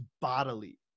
bodily